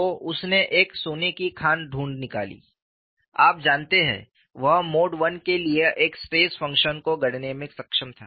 तो उसने एक सोने की खान ढूंढ निकाली आप जानते हैं वह मोड I के लिए एक स्ट्रेस फंक्शन को गढ़ने में सक्षम था